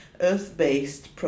earth-based